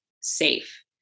safe